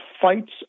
fights